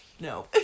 no